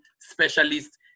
specialists